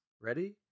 Ready